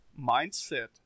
mindset